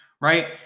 right